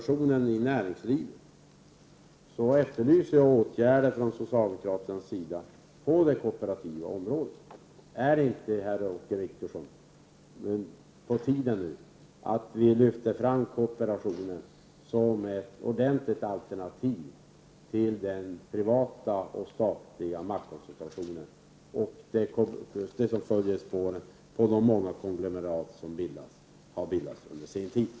Till sist: Jag efterlyser åtgärder från socialdemokraternas sida på det kooperativa området för att möta maktkoncentrationen i näringslivet. Är det inte på tiden nu, Åke Wictorsson, att vi lyfter fram kooperationen som ett ordentligt alternativ till den privata och statliga maktkoncentrationen och det som följer i spåren av de många konglomerat som bildas och har bildats under sen tid?